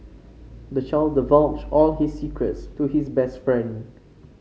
the child divulged all his secrets to his best friend